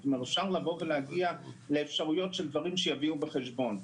אפשר להגיע לאפשרויות של דברים שיביאו בחשבון.